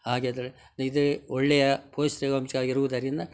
ಹಾಗೆ ಅದರ ಇದೇ ಒಳ್ಳೆಯ ಪೌಷ್ಟಿಕಾಂಶ ಇರುವುದರಿಂದ